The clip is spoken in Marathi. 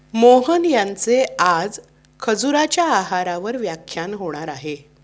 मोहन यांचे आज खजुराच्या आहारावर व्याख्यान होणार आहे